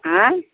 आयँ